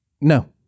No